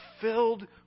filled